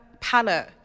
palette